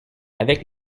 avec